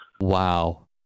Wow